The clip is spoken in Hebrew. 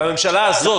והממשלה הזאת,